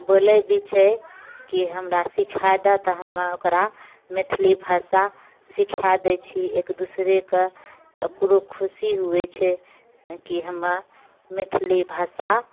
बोलै भी छै कि हमरा सिखाय दऽ तऽ हम ओकरा मैथिली भाषा सिखाय दै छी एक दूसरेके तऽ ओकरो खुशी होइ छै कि हम मैथिली भाषा